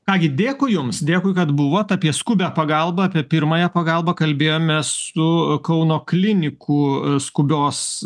ką gi dėkui jums dėkui kad buvot apie skubią pagalbą apie pirmąją pagalbą kalbėjomės su kauno klinikų skubios